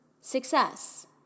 success